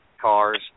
Cars